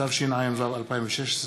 התשע"ו 2016,